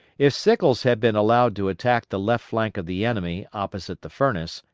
if sickles had been allowed to attack the left flank of the enemy opposite the furnace,